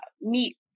meet